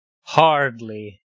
Hardly